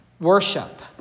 worship